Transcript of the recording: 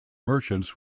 merchants